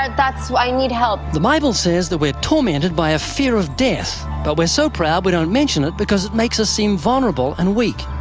um that's i need help. the bible says that we're tormented by a fear of death, but we're so proud we don't mention it because it makes us seem vulnerable and weak.